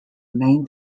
main